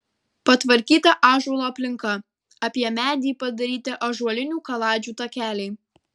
patvarkyta ąžuolo aplinka apie medį padaryti ąžuolinių kaladžių takeliai